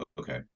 okay